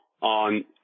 on